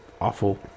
awful